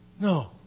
no